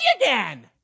again